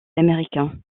américains